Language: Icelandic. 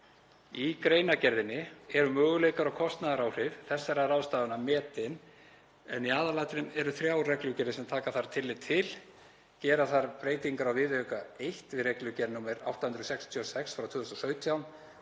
Í greinargerðinni eru möguleikar og kostnaðaráhrif þessara ráðstafana metin en í aðalatriðum eru þrjár reglugerðir sem taka þarf tillit til. Gera þarf breytingar á viðauka 1 við reglugerð nr. 866/2017,